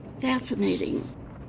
Fascinating